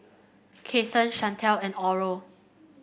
Cason Chantelle and Oral